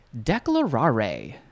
Declarare